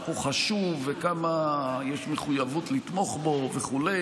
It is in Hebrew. הוא חשוב וכמה יש מחויבות לתמוך בו וכו',